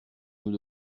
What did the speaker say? nous